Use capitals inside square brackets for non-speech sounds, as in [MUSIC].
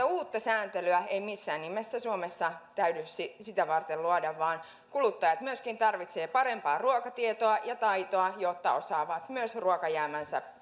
[UNINTELLIGIBLE] uutta sääntelyä ei missään nimessä suomessa täydy sitä varten luoda vaan kuluttajat myöskin tarvitsevat parempaa ruokatietoa ja taitoa jotta osaavat myös ruokajäämänsä [UNINTELLIGIBLE]